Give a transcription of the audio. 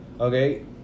Okay